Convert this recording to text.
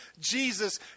Jesus